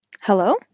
Hello